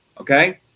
Okay